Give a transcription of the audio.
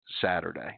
Saturday